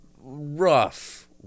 rough